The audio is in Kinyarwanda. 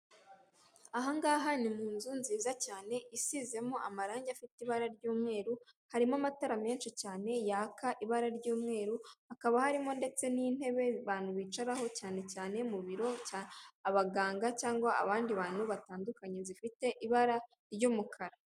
Aha ngaha ni mu nzu nziza cyane, isizemo amarangi afite ibara ry'umweru, harimo amatara menshi cyane yaka ibara ry'umweru, hakaba harimo ndetse n'intebe abantu bicaraho cyane cyane mu biro, abaganga cyangwa abandi bantu batandukanye zifite ibara ry'umukara.